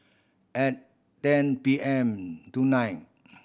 at ten P M tonight